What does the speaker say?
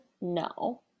no